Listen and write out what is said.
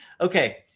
Okay